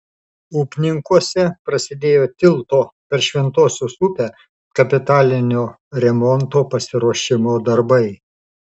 upninkuose prasidėjo tilto per šventosios upę kapitalinio remonto pasiruošimo darbai